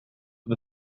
the